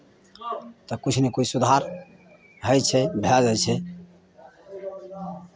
तऽ किछु ने किछु सुधार होइ छै भए जाइ छै